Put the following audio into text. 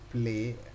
play